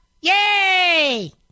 Yay